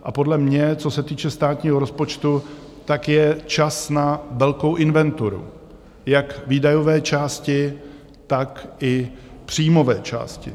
A podle mě, co se týče státního rozpočtu, tak je čas na velkou inventuru jak výdajové části, tak i příjmové části.